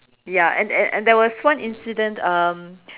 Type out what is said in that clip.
ya and and there was one incident um